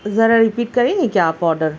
ذرا رپیٹ کریں گے کیا آپ آرڈر